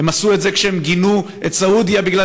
הם עשו את זה כשהם גינו את סעודיה בגלל